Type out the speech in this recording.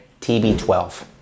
TB12